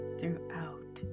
throughout